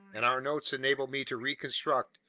and our notes enable me to reconstruct,